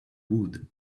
wood